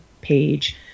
page